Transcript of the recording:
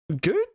good